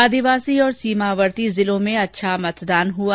आदिवासी तथा सीमावर्ती जिलों में अच्छा मतदान हुआ